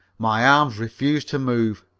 my arms refused to move.